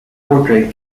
portrait